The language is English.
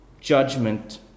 judgment